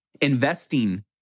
Investing